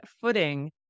footing